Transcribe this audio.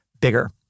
bigger